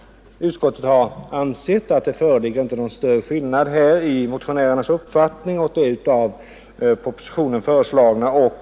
Utskottet har ansett att det inte föreligger någon större skillnad mellan motionärernas uppfattning och propositionens förslag.